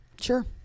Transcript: Sure